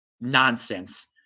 nonsense